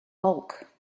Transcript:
bulk